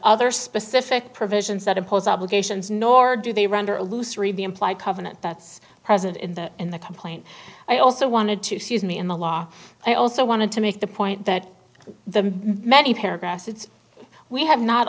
other specific provisions that impose obligations nor do they render illusory be implied covenant that's present in the in the complaint i also wanted to see me in the law i also wanted to make the point that the many paragraphs it's we have not